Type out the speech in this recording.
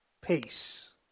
peace